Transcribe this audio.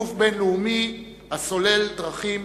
גוף בין-לאומי הסולל דרכים